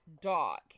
dog